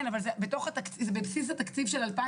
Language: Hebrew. כן, אבל זה בבסיס התקציב של 2021?